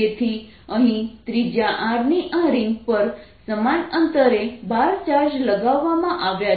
તેથી અહીં ત્રિજ્યા R ની આ રીંગ પર સમાન અંતરે 12 ચાર્જ લગાવવામાં આવ્યા છે